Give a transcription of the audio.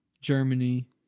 Germany